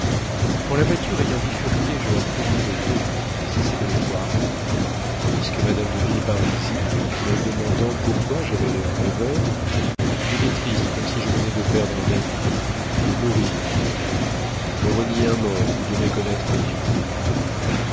et quand la voiture ayant bifurqué je leur tournai le dos et cessai de les voir tandis que mme de villeparisis me demandait pourquoi j'avais l'air rêveur j'étais triste comme si je venais de perdre un ami de mourir moi-même de renier un mort ou de méconnaître un dieu